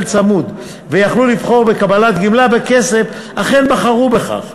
צמוד ויכלו לבחור בקבלת גמלה בכסף אכן בחרו בכך.